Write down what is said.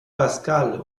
pascal